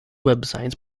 websites